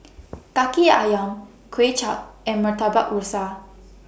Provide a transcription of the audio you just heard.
Kaki Ayam Kuay Chap and Murtabak Rusa